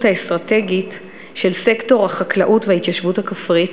האסטרטגית של סקטור החקלאות וההתיישבות הכפרית,